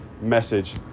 message